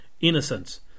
Innocence